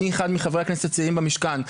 אני אחד מחברי הכנסת הצעירים במשכן,